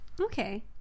Okay